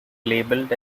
labelled